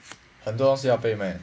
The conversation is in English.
很多东西需要背 meh